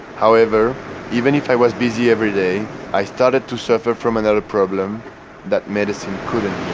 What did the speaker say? however even if i was busy every day i started to suffer from another problem that medicine couldn't